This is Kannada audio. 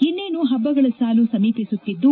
ಇನ್ನೇನು ಹಬ್ಲಗಳ ಸಾಲು ಸಮೀಪಿಸುತ್ತಿದ್ದು